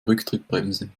rücktrittbremse